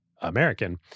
American